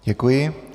Děkuji.